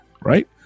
Right